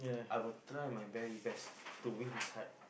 I will try my very best to win his heart